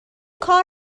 کار